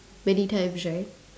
many times right